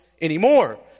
anymore